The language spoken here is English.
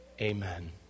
Amen